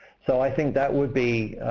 so i think that would be.